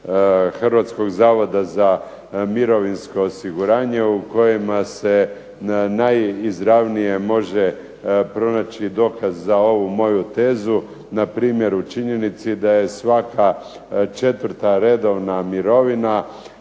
Hrvatskog zavoda za mirovinsko osiguranje u kojima se najizravnije može pronaći dokaz za ovu moju tezu npr. u činjenici da je svaka 4. redovna mirovina,